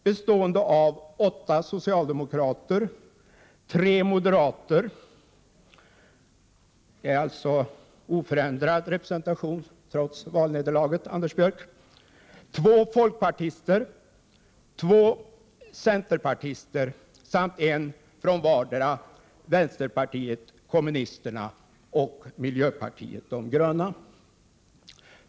De skulle bestå av åtta socialdemokrater, tre moderater — det är således oförändrad representation trots valnederlaget, Anders Björck — två folkpartister, två centerpartister samt en ledamot från vartdera vänsterpartiet kommunisterna och miljöpartiet de gröna.